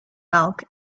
milk